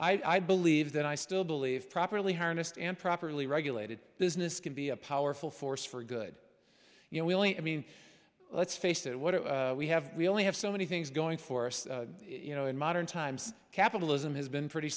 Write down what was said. i believe that i still believe properly harnessed and properly regulated business can be a powerful force for good you know willing i mean let's face it what we have we only have so many things going for us you know in modern times capitalism has been pretty